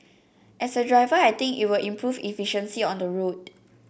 as a driver I think it will improve efficiency on the road